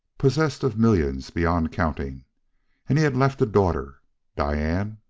possessed of millions beyond counting and he had left a daughter diane!